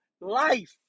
life